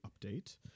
update